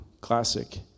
classic